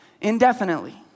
indefinitely